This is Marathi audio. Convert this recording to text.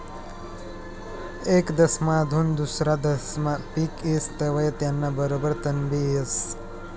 येक देसमाधून दुसरा देसमा पिक येस तवंय त्याना बरोबर तणबी येस